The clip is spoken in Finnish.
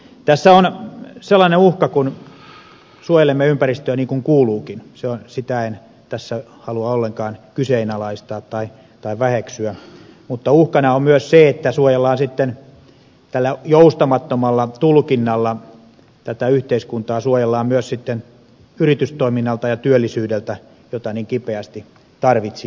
tässä on sellainen uhka kun suojelemme ympäristöä niin kuin kuuluukin sitä en tässä halua ollenkaan kyseenalaistaa tai väheksyä että suojellaan tällä joustamattomalla tulkinnalla tätä yhteiskuntaa myös sitten yritystoiminnalta ja työllisyydeltä jota niin kipeästi tarvitsisimme